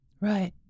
Right